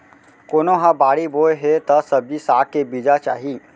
कोनो ह बाड़ी बोए हे त सब्जी साग के बीजा चाही